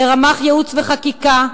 לרמ"ח ייעוץ וחקיקה,